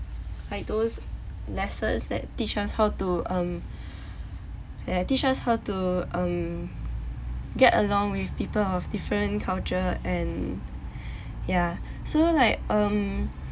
like those lessons that teach us how to um that teach us how to um get along with people of different culture and yeah so like um